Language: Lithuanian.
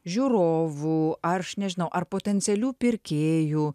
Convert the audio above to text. žiūrovų ar aš nežinau ar potencialių pirkėjų